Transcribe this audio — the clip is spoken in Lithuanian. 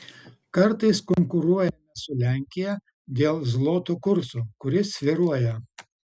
kartais konkuruojame su lenkija dėl zloto kurso kuris svyruoja